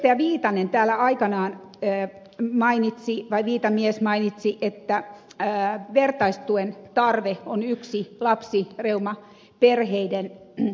viitamies täällä aikanaan mainitsi että vertaistuen tarve on yksi kaksi erioma perheiden e